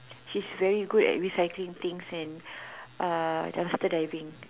she is very good at recycling thing and dumpster diving